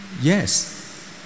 Yes